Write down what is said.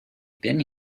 been